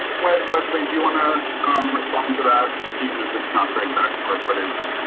like was way do you want to respond to that? even if it's not the exact square footage.